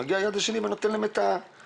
מגיעה היד שנותנת להם סטירה,